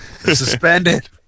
Suspended